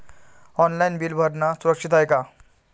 Online bill भरनं सुरक्षित हाय का?